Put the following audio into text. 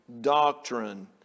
doctrine